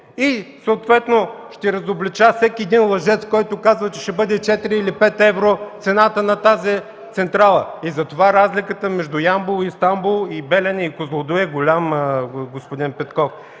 и съответно ще разоблича всеки лъжец, който казва, че ще бъде 4 или 5 евро цената на тази централа. Затова разликата между Ямбол и Стамбул, и „Белене” и „Козлодуй” е голяма, господин Петков.